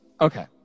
Okay